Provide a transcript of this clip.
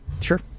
Sure